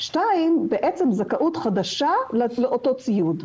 השנייה היא זכאות חדשה לאותו ציוד.